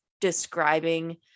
describing